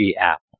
app